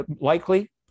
likely